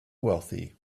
wealthy